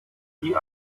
die